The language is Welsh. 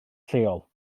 lleol